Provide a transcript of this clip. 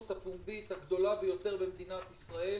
הפומבית הגדולה ביותר במדינת ישראל